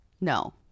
No